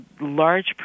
large